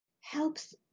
helps